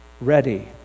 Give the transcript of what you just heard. ready